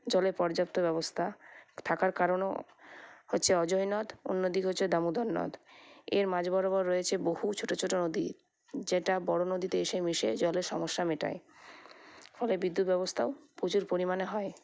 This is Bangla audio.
জলের পর্যাপ্ত ব্যবস্থা থাকার কারণও হচ্ছে অজয় নদ অন্যদিকে হচ্ছে দামোদর নদ এর মাঝ বরাবর রয়েছে বহু ছোট ছোট নদী যেটা বড় নদীতে এসে মিশে জলের সমস্যা মেটায় ফলে বিদ্যুৎ ব্যবস্থাও প্রচুর পরিমাণে হয়